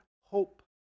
hope